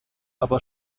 aber